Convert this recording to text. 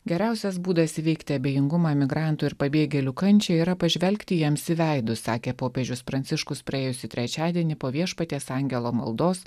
geriausias būdas įveikti abejingumą migrantų ir pabėgėlių kančią yra pažvelgti jiems į veidus sakė popiežius pranciškus praėjusį trečiadienį po viešpaties angelo maldos